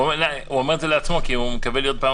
הוא אומר את זה לעצמו כי הוא מקווה להיות פעם